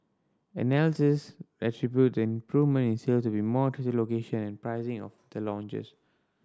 analysis attributed the improvement in sale to be more location and pricing of the launches